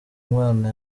umwana